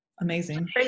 Amazing